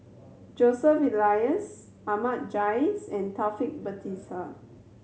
Joseph Elias Ahmad Jais and Taufik Batisah